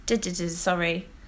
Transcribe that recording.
sorry